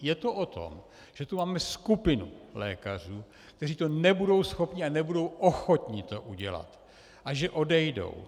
Je to o tom, že tu máme skupinu lékařů, kteří to nebudou schopni a nebudou ochotni to udělat a že odejdou.